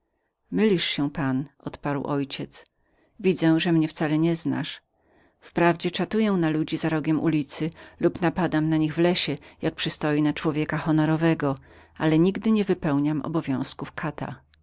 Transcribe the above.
mylisz się pan odparł mój ojciec widzę że mnie pan wcale nie znasz wprawdzie zastępuję ludziom na rogu ulicy lub napadam na nich w lesie jak przystoi na człowieka honorowego ale nigdy nie wypełniam obowiązków kata